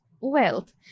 wealth